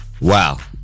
Wow